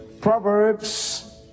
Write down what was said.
Proverbs